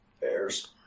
Bears